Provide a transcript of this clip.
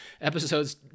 episodes